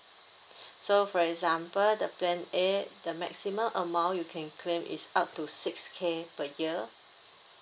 so for example the plan A the maximum amount you can claim is up to six K per year